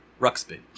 Ruxpin